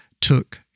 took